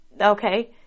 okay